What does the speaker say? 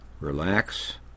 relax